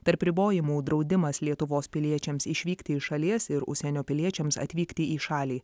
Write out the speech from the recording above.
tarp ribojimų draudimas lietuvos piliečiams išvykti iš šalies ir užsienio piliečiams atvykti į šalį